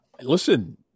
Listen